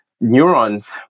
neurons